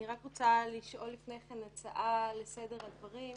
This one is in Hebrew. אני רק רוצה לשאול לפני כן הצעה לסדר הדברים,